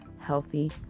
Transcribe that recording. healthy